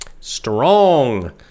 Strong